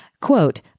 quote